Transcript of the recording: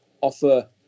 offer